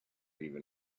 even